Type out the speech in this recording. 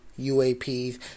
UAPs